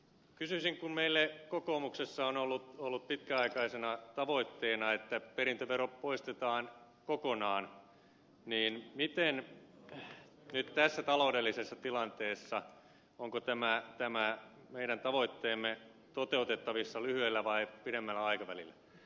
kysyisin kun meillä kokoomuksessa on ollut pitkäaikaisena tavoitteena että perintövero poistetaan kokonaan onko tässä taloudellisessa tilanteessa tämä meidän tavoitteemme toteutettavissa lyhyellä vai pidemmällä aikavälillä